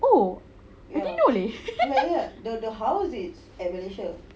oh I didn't know leh